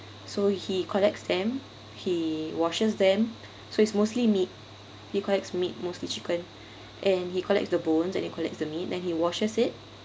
so he collects them he washes them so it's mostly meat he collects meat mostly chicken and he collects the bones and he collects the meat then he washes it